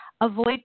Avoid